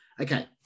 Okay